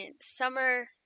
summer